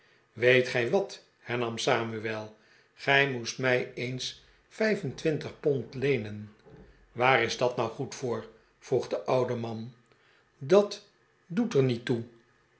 weet gij wat hernam samuel gij moest mij eens vijf en twintig pond leenen waar is dat nou goed voor vroeg de oude man dat doet er niet toe